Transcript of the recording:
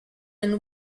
and